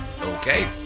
Okay